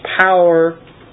power